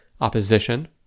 opposition